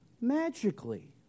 magically